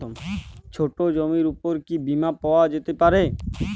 ছোট জমির উপর কি বীমা পাওয়া যেতে পারে?